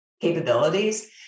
capabilities